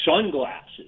sunglasses